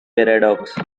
paradox